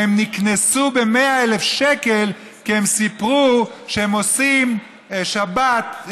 והם נקנסו ב-100,000 שקל כי הם סיפרו שהם עושים שבת,